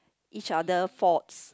each other faults